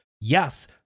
yes